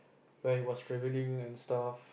where he was travelling and stuff